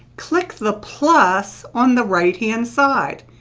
click the plus on the right-hand side.